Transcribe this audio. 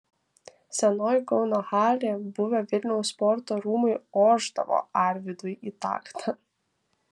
senoji kauno halė buvę vilniaus sporto rūmai ošdavo arvydui į taktą